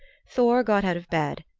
thor got out of bed,